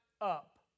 up